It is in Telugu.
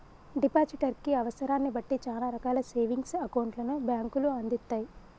డిపాజిటర్ కి అవసరాన్ని బట్టి చానా రకాల సేవింగ్స్ అకౌంట్లను బ్యేంకులు అందిత్తయ్